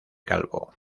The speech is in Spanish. calvo